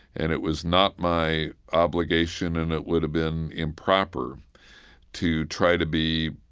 and it was not my obligation, and it would have been improper to try to be,